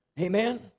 Amen